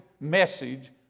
message